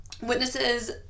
witnesses